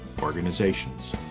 organizations